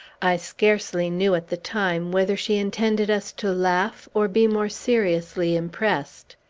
i scarcely knew, at the time, whether she intended us to laugh or be more seriously impressed.